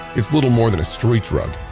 it's little more than a street drug.